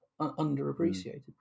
underappreciated